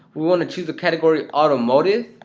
we wanna choose the category automotive,